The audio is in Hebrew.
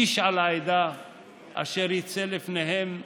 איש על העדה אשר יצא לפניהם,